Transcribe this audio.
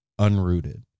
unrooted